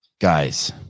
Guys